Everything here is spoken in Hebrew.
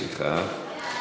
סליחה.